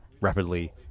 rapidly